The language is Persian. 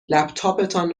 لپتاپتان